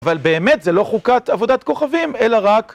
אבל באמת זה לא חוקת עבודת כוכבים, אלא רק...